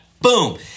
Boom